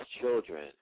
Children